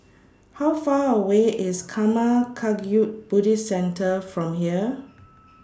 How Far away IS Karma Kagyud Buddhist Centre from here